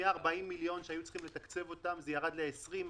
מ-40 מיליון שקל שהיו צריכים לתקצב אותם זה ירד ל-20 מיליון שקל,